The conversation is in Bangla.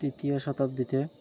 তৃতীয় শতাব্দীতে